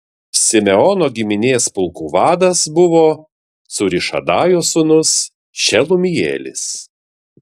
simeono giminės pulkų vadas buvo cūrišadajo sūnus šelumielis